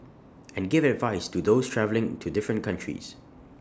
and give advice to those travelling to different countries